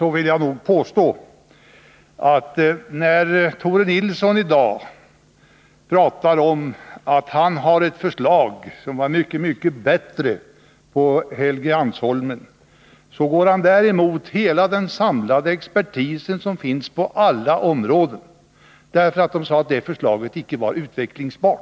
När Tore Nilsson pratar om att han har ett förslag om lokaler på Helgeandsholmen som är mycket bättre, så går han emot hela den samlade expertis som finns på alla områden. De sade att det förslaget icke var utvecklingsbart.